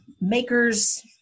Maker's